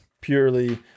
purely